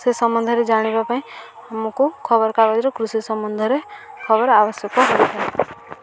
ସେ ସମ୍ବନ୍ଧରେ ଜାଣିବା ପାଇଁ ଆମକୁ ଖବରକାଗଜରେ କୃଷି ସମ୍ବନ୍ଧରେ ଖବର ଆବଶ୍ୟକ ହୋଇଥାନ୍ତି